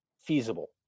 feasible